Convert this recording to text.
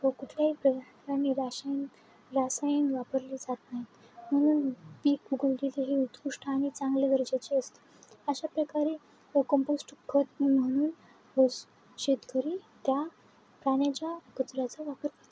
व कुठल्याही प्राणी रासायनिक रसायन वापरली जात नाहीत म्हणून पीक उगवते तेही उत्कृष्ट आणि चांगले दर्जाचे असते अशा प्रकारे कंपोस्ट खत म्हणून शेतकरी त्या प्राण्याच्या कचऱ्याचा वापर करतो